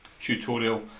tutorial